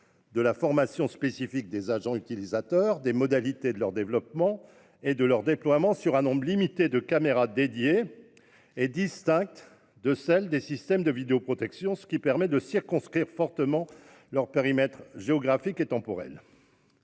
de la formation spécifique des agents utilisateurs ou de l'encadrement des modalités de développement et de déploiement du dispositif : nombre limité de caméras dédiées, distinctes de celles des systèmes de vidéoprotection, ce qui permet de circonscrire fortement le périmètre géographique et temporel.